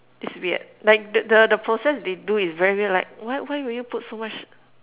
it's weird like the the the process they do is very weird like why why would you put so much